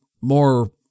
more